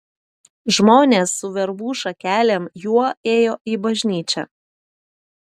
žmonės su verbų šakelėm juo ėjo į bažnyčią